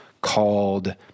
called